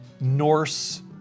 Norse